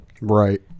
Right